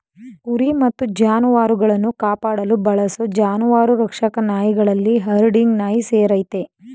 ಕುರಿ ಮತ್ತು ಜಾನುವಾರುಗಳನ್ನು ಕಾಪಾಡಲು ಬಳಸೋ ಜಾನುವಾರು ರಕ್ಷಕ ನಾಯಿಗಳಲ್ಲಿ ಹರ್ಡಿಂಗ್ ನಾಯಿ ಸೇರಯ್ತೆ